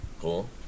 Cool